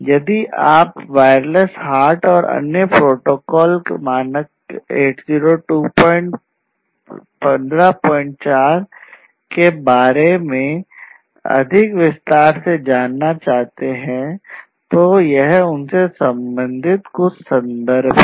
यदि आप wireless HART और अन्य प्रोटोकॉल और मानक 802154 के बारे में और अधिक विस्तार से जानना चाहते हैं यह उनसे संबंधित कुछ संदर्भ हैं